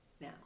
now